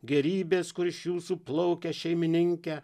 gėrybės kur iš jūsų plaukia šeimininke